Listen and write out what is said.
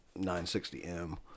960M